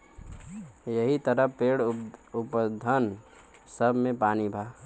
यहि तरह पेड़, पउधन सब मे पानी बा